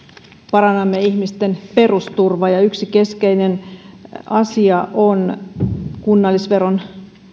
parannamme ihmisten perusturvaa ja yksi keskeinen asia on kunnallisveron